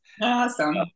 Awesome